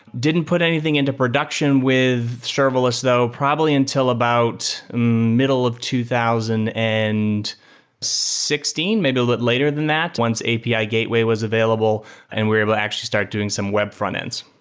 didn't put anything into production with serverless though probably until about middle of two thousand and sixteen, maybe later than that once api ah gateway was available and we're able to actually start doing some web frontends.